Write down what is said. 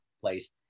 place